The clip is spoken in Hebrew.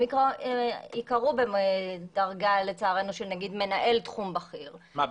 הם ייקראו לצערנו בדרגה של נגיד מנהל תחום בכיר --- מה,